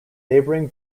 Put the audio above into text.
neighbouring